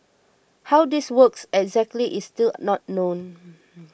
how this works exactly is still not known